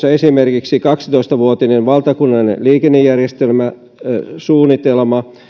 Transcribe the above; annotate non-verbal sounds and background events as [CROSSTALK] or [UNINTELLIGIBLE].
[UNINTELLIGIBLE] esimerkiksi kaksitoista vuotinen valtakunnallinen liikennejärjestelmäsuunnitelma